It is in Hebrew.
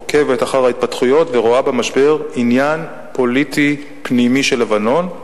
עוקבת אחר ההתפתחויות ורואה במשבר עניין פוליטי פנימי של לבנון.